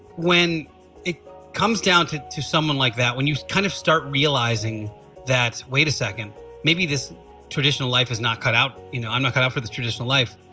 when it comes down to to someone like that when you kind of start realizing that's wait a second maybe this traditional life is not cut out you know i'm not going for the traditional life,